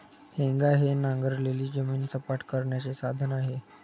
हेंगा हे नांगरलेली जमीन सपाट करण्याचे साधन आहे